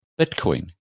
Bitcoin